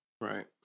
Right